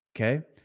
Okay